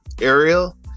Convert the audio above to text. Ariel